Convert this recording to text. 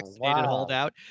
holdout